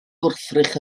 gwrthrych